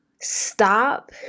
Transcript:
stop